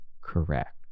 Correct